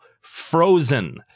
Frozen